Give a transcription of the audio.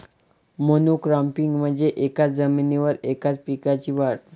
monocropping म्हणजे एकाच जमिनीवर एकाच पिकाची वाढ